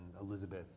Elizabeth